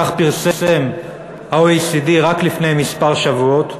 כך פרסם ה-OECD רק לפני שבועות מספר,